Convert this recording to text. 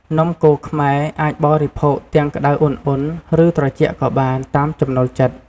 នំកូរខ្មែរអាចបរិភោគទាំងក្ដៅឧណ្ហៗ ឬត្រជាក់ក៏បាន តាមចំណូលចិត្ត។